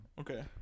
Okay